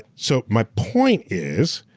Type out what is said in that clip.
so, my point is,